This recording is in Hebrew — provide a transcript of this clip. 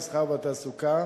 המסחר והתעסוקה